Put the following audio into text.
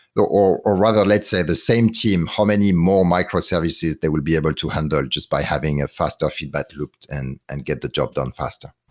or or rather let's say the same team. how many more microservices they will be able to handle just by having a faster feedback loop and and get the job done faster